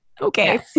Okay